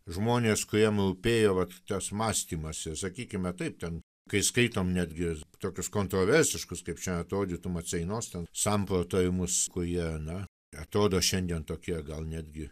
žmonės kuriem rūpėjo vat tas mąstymas ir sakykime taip ten kai skaitom netgi tokius kontroversiškus kaip čia atrodytų maceinos ten samprotavimus kurie na atrodo šiandien tokie gal netgi